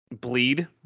bleed